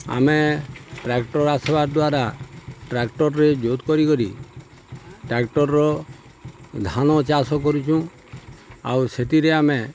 ଆମେ ଟ୍ରାକ୍ଟର୍ ଆସ୍ବା ଦ୍ୱାରା ଟ୍ରାକ୍ଟର୍ରେ ଯୋଧ କରିକରି ଟ୍ରାକ୍ଟର୍ର ଧାନ ଚାଷ କରୁଚୁଁ ଆଉ ସେଥିରେ ଆମେ